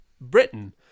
Britain